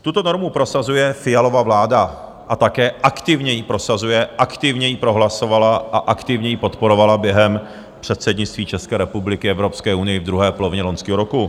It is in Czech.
Tuto normu prosazuje Fialova vláda a také aktivně ji prosazuje, aktivně ji prohlasovala a aktivně ji podporovala během předsednictví České republiky Evropské unii v druhé polovině loňského roku.